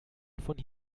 von